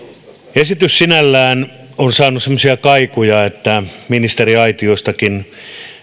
esitys sinällään on saanut semmoisia kaikuja että ministeriaitiostakin